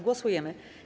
Głosujemy.